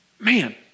man